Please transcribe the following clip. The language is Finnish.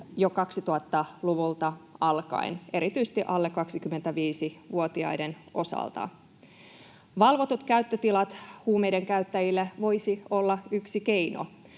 jo 2000-luvulta alkaen, erityisesti alle 25-vuotiaiden osalta. Valvotut käyttötilat huumeiden käyttäjille voisivat olla yksi keino.